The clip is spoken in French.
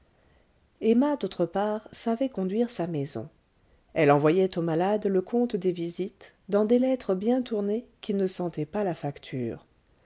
emma d'autre part savait conduire sa maison elle envoyait aux malades le compte des visites dans des lettres bien tournées qui ne sentaient pas la facture